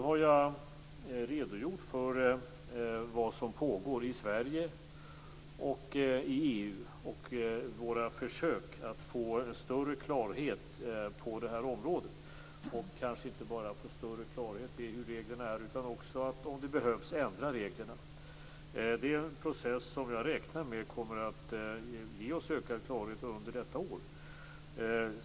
Jag har redogjort för vad som pågår i Sverige och i EU samt våra försök att få större klarhet på det här området. Det handlar då kanske inte bara om att få större klarhet i hur reglerna är utan också om att, om så behövs, ändra reglerna. Det är en process som jag räknar med kommer att ge oss ökad klarhet under detta år.